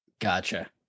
Gotcha